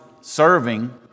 serving